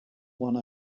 one